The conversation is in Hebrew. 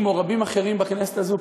כמו רבים אחרים בכנסת הזאת,